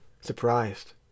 Surprised